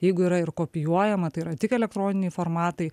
jeigu yra ir kopijuojama tai yra tik elektroniniai formatai